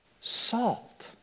Salt